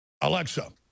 Alexa